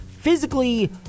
physically